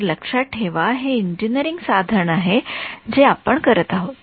तर लक्षात ठेवा हे इंजिनिअरिंग साधन आहे जे आपण करत आहोत